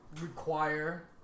require